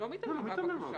לא מתעלמים מהבקשה.